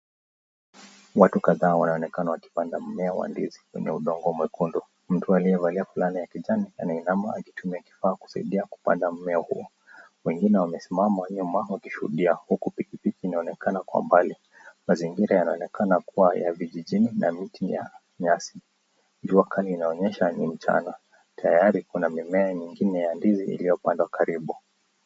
Watu kadhaa wanaonekana wakipanda ndizi kwa udongo mwekundu, mtu aliyevalia mavazi ya kijani, anainama akitumia kifaa kupanda mmea huu, wengine wamesimama nyuma wakishuhudia huku pikipiki ikionekana kwa mbali, mazingira yanaonekana kuwa ya kijijini na viti ni ya nyasi, jua kali inaonyesha ni mchana, tayari kuna mimea mingine ya ndizi iliyopandwa karibu.